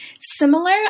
similar